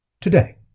today